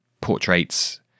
portraits